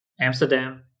Amsterdam